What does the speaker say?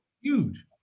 Huge